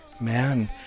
man